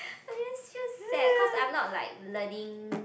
I just feel sad cause I'm not like learning